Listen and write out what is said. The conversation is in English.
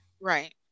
Right